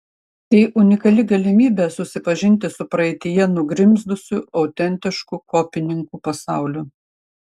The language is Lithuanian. tai unikali galimybė susipažinti su praeityje nugrimzdusiu autentišku kopininkų pasauliu